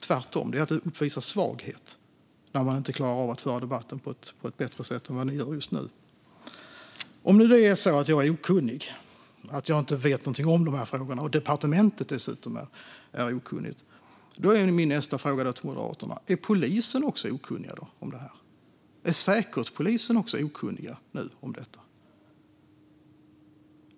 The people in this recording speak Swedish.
Tvärtom är det att uppvisa svaghet att inte klara av att föra debatten på ett bättre sätt än vad ni gör just nu. Om det nu är så att jag är okunnig och inte vet någonting om de här frågorna, och om dessutom departementet är okunnigt, är min nästa fråga till Moderaterna: Är polisen och Säkerhetspolisen också okunniga om det här?